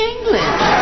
English